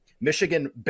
Michigan